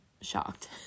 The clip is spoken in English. shocked